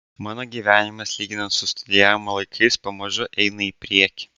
mano gyvenimas lyginant su studijavimo laikais pamažu eina į priekį